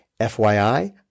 FYI